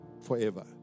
forever